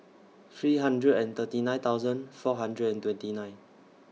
three hundred and thirty nine thousand four hundred and twenty nine